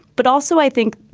but also, i think,